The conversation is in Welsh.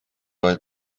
oedd